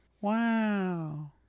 wow